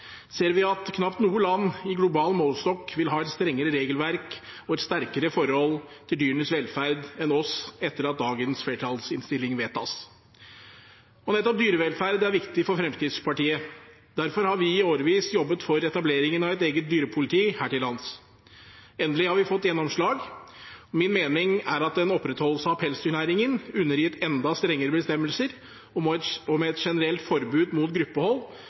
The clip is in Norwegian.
ser vi at knapt noe land i global målestokk vil ha et strengere regelverk og et sterkere forhold til dyrenes velferd enn oss, etter at dagens flertallsinnstilling vedtas. Og nettopp dyrevelferd er viktig for Fremskrittspartiet. Derfor har vi i årevis jobbet for etableringen av et eget dyrepoliti her til lands. Endelig har vi fått gjennomslag. Min mening er at en opprettholdelse av pelsdyrnæringen undergitt enda strengere bestemmelser og med et generelt forbud mot gruppehold